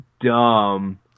dumb